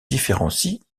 différencie